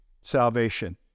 salvation